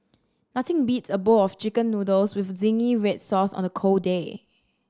nothing beats a bowl of Chicken Noodles with zingy red sauce on a cold day